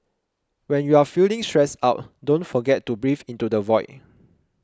when you are feeling stressed out don't forget to breathe into the void